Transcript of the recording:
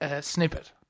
snippet